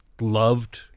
loved